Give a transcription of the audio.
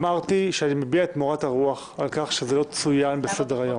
אמרתי שאני מביע את מורת הרוח על כך שזה לא צוין בסדר-היום.